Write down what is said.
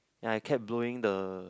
ya I kept blowing the